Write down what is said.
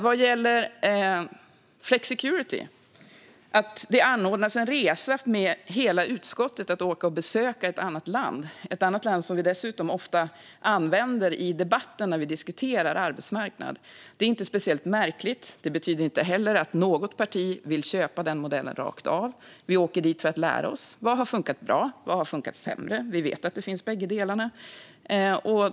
Vad gäller flexicurity och att det anordnas en resa då hela utskottet ska besöka ett annat land, som vi dessutom ofta använder som exempel i debatten när vi diskuterar arbetsmarknad, är inte speciellt märkligt. Det betyder inte heller att något parti vill köpa den modellen rakt av. Vi åker dit för att lära oss. Vad har funkat bra? Vad har funkat sämre? Vi vet att bägge delarna finns.